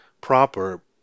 proper